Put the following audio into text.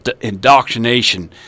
indoctrination